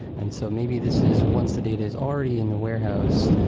and so maybe this is once the data is already in the warehouse,